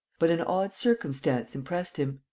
but an odd circumstance impressed him.